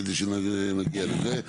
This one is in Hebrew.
כדי שנגיע לזה.